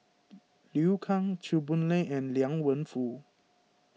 Liu Kang Chew Boon Lay and Liang Wenfu